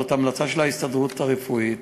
זאת המלצה של ההסתדרות הרפואית,